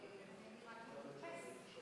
אני אתייחס.